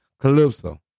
calypso